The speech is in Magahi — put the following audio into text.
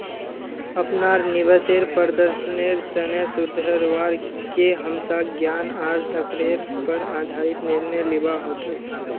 अपनार निवेश प्रदर्शनेर सुधरवार के हमसाक ज्ञान आर तर्केर पर आधारित निर्णय लिबा हतोक